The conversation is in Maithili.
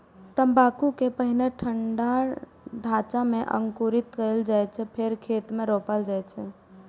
तंबाकू कें पहिने ठंढा ढांचा मे अंकुरित कैल जाइ छै, फेर खेत मे रोपल जाइ छै